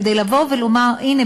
כדי לבוא ולומר: הנה,